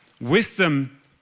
wisdom